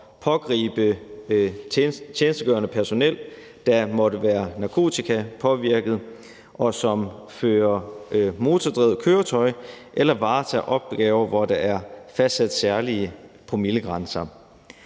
pågribe tjenestegørende personel, der måtte være narkotikapåvirket, og som fører motordrevet køretøj eller varetager opgaver, hvor der er fastsat særlige promillegrænser.